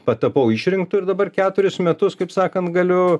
patapau išrinktu ir dabar keturis metus kaip sakant galiu